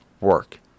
work